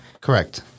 Correct